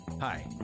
Hi